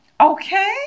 Okay